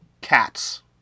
cats